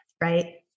right